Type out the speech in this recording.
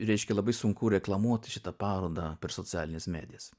reiškia labai sunku reklamuoti šitą parodą per socialines medijas